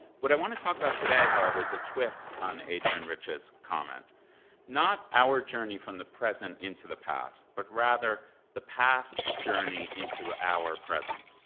what i want to talk about today is a twist on adrienne rich's comment not our journey from the present into the past but rather the past's journey into our present.